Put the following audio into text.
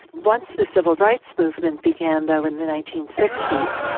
once the civil rights movement began though in the nineteen sixty s,